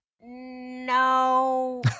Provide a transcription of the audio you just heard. No